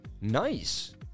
Nice